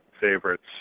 favorites